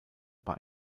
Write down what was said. bei